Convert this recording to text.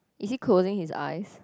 is he closing his eyes